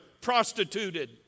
prostituted